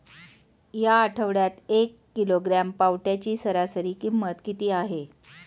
या आठवड्यात एक किलोग्रॅम पावट्याची सरासरी किंमत किती आहे?